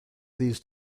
these